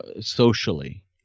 socially